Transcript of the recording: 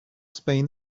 spain